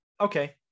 Okay